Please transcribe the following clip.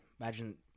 imagine